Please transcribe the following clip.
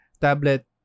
Tablet